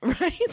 Right